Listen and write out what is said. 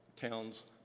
town's